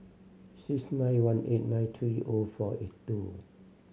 six nine one eight nine three O four eight two